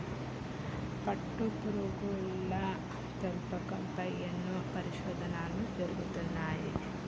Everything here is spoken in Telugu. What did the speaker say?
పట్టుపురుగుల పెంపకం పై ఎన్నో పరిశోధనలు జరుగుతున్నాయి